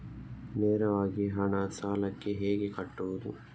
ನೇರವಾಗಿ ಹಣ ಸಾಲಕ್ಕೆ ಹೇಗೆ ಕಟ್ಟುವುದು?